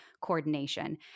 coordination